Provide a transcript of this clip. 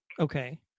Okay